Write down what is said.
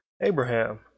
Abraham